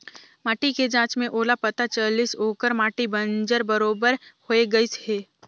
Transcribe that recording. माटी के जांच में ओला पता चलिस ओखर माटी बंजर बरोबर होए गईस हे